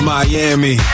Miami